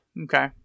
okay